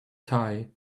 tie